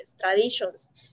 traditions